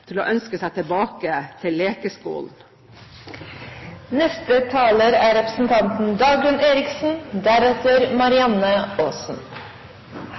til, om å ønske seg tilbake til